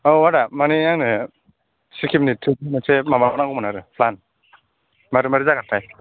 औ आदा मानि आंनो सिक्किमनि थ्रिफ मोनसे माबा नांगौमोन आरो प्लान मारै मारै जागोनथाय